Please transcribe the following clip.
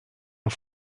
een